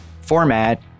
format